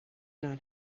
not